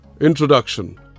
Introduction